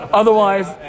otherwise